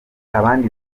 abandi